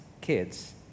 kids